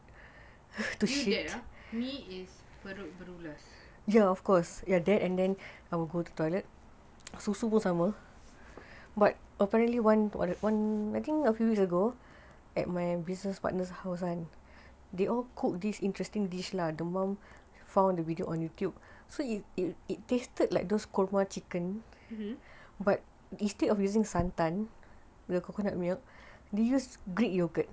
me is perut berulas-ulas